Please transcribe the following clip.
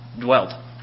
Dwelt